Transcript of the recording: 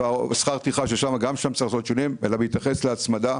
ושכר טרחה שגם שם צריכים להיות שינויים אלא בהתייחס להצמדה: